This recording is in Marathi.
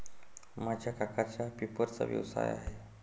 माझ्या काकांचा पेपरचा व्यवसाय आहे